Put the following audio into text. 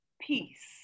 peace